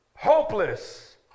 Hopeless